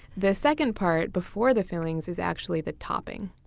the second part before the fillings is actually the topping.